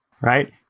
right